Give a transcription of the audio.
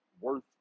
worth